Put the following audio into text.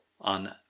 on